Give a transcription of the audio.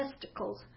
testicles